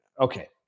okay